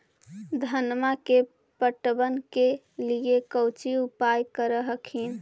धनमा के पटबन के लिये कौची उपाय कर हखिन?